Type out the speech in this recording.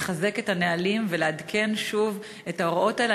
לחזק את הנהלים ולעדכן שוב את ההוראות האלה.